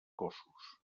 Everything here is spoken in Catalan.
cossos